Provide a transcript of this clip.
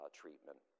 treatment